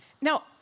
now